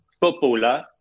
footballer